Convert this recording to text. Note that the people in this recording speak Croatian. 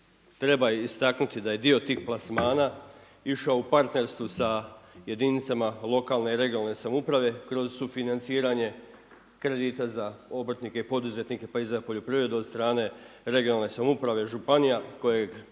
Treba istaknuti da je dio tih plasmana išao u partnerstvu sa jedinicama lokalne i regionalne samouprave kroz sufinanciranje kredita za obrtnike i poduzetnike pa i za poljoprivredu od strane regionalne samouprave i županija kojeg